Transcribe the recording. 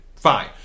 Fine